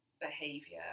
behavior